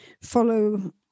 follow